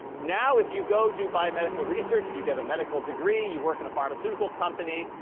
now if you go do biomedical research, if you get a medical degree you work in a pharmaceutical company,